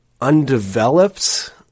undeveloped